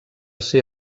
ser